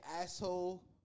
asshole